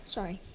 Sorry